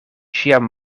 ĉiam